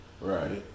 Right